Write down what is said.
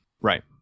Right